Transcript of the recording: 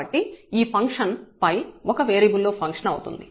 కాబట్టి ఈ ఫంక్షన్ 𝜙 ఒక వేరియబుల్ లో ఫంక్షన్ అవుతుంది